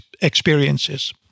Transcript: experiences